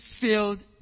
filled